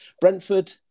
Brentford